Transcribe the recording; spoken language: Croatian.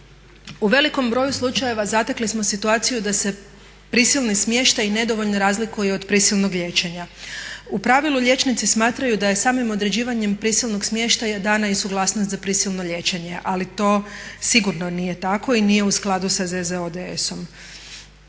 U velikom broju slučajeva zatekli smo situaciju da se prisilni smještaj nedovoljno razlikuje od prisilnog liječenja. U pravilu liječnici smatraju da je samim određivanjem prisilnog smještaja dana i suglasnost za prisilno liječenje, ali to sigurno nije tako i nije u skladu sa ZZODS-om.